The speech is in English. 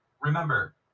Remember